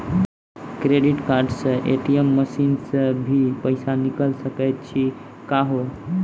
Credit card से ATM machine से भी पैसा निकल सकै छि का हो?